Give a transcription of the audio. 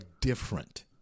different